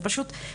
זה פשוט לא נתפס.